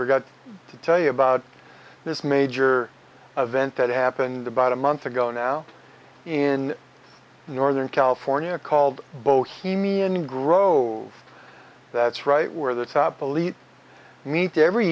forgot to tell you about this major event that happened about a month ago now in northern california called bohemian grove that's right where the top elite meet every